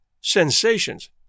sensations